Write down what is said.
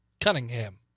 Cunningham